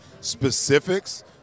specifics